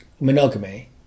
monogamy